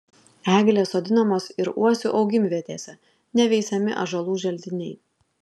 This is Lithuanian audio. eglės sodinamos ir uosių augimvietėse neveisiami ąžuolų želdiniai